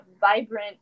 vibrant